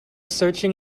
searching